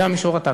זה המישור הטקטי.